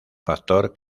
factor